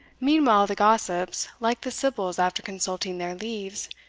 meanwhile the gossips, like the sibyls after consulting their leaves,